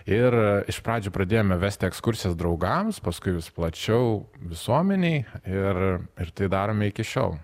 ir iš pradžių pradėjome vesti ekskursijas draugams paskui vis plačiau visuomenei ir ir tai darome iki šiol